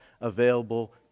available